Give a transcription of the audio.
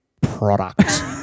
product